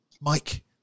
Mike